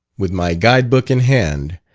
with my guide book in hand,